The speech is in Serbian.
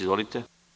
Izvolite.